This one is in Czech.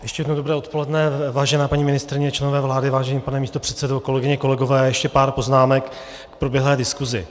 Ještě jednou dobré odpoledne, vážená paní ministryně, členové vlády, vážený pane místopředsedo, kolegyně, kolegové, ještě pár poznámek k proběhlé diskusi.